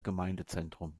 gemeindezentrum